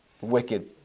wicked